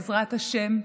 בעזרת השם,